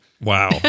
wow